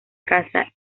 caza